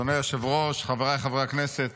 אדוני היושב-ראש, חבריי חברי הכנסת,